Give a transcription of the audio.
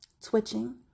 twitching